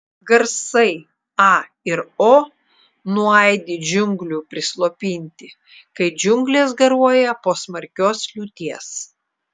garsai a ir o nuaidi džiunglių prislopinti kai džiunglės garuoja po smarkios liūties